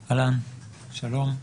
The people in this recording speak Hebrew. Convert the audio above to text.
שלום.